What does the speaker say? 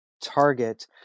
target